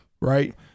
Right